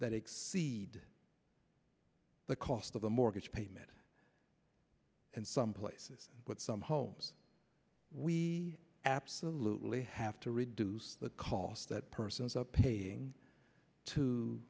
that exceed the cost of the mortgage payment and some places with some homes we absolutely have to reduce the cos that person's up paying to